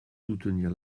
soutenir